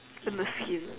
and the skin